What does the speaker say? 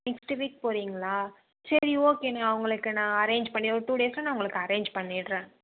next week போறீங்களா சரி okay நான் உங்களுக்கு நான் அரேஞ் பண்ணி ஒரு டூ டேஸில் நான் அரேஞ் பண்ணிடுறேன்